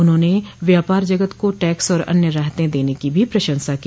उन्होंने व्यापार जगत को टैक्स और अन्य राहतें दने की भी प्रशंसा की